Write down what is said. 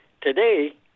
Today